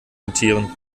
notieren